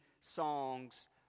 songs